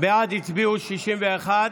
בעד הצביעו 61,